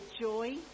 joy